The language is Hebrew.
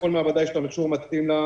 לכל מעבדה יש לה מכשור שמתאים לה.